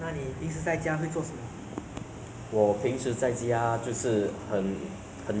我就是看那些 ah 看家的 post 看下 看新闻